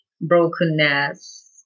brokenness